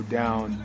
down